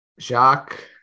Jacques